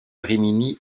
rimini